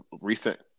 recent